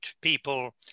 people